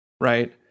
Right